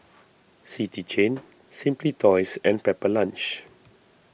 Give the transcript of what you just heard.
City Chain Simply Toys and Pepper Lunch